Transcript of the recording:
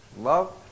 love